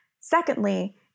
Secondly